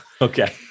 Okay